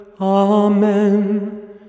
Amen